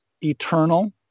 eternal